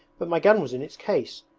but my gun was in its case.